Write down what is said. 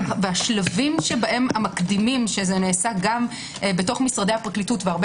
השלבים המקדימים שזה נעשה גם בתוך משרדי הפרקליטות והרבה